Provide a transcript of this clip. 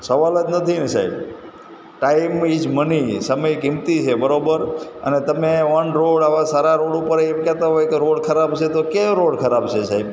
સવાલ જ નથી ને સાહેબ ટાઈમ ઈઝ મની સમય કિંમતી છે બરાબર અને તમે ઓન રોડ આવા સારા રોડ પર એય એમ કહેતા હોય કે રોડ ખરાબ છે તો ક્યાં રોડ ખરાબ છે સાહેબ